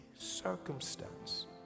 circumstance